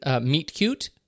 meet-cute